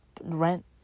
rent